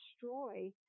destroy